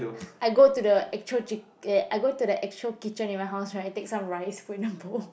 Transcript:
I go to the actual chic~ I go to the actual kitchen in my house right take some rice put in a bowl